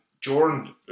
Jordan